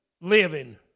living